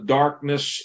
darkness